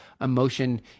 emotion